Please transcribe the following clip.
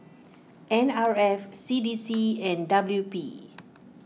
N R F C D C and W P